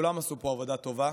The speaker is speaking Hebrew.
כולם עשו פה עבודה טובה.